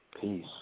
Peace